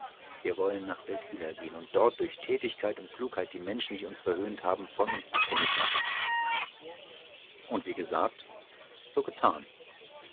wir wollen nach seldwyla gehen und dort durch tätigkeit und klugheit die menschen die uns verhöhnt haben von uns abhängig machen und wie gesagt so getan